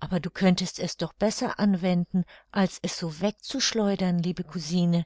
aber du könntest es doch besser anwenden als es so wegzuschleudern liebe cousine